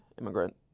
immigrant